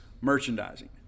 merchandising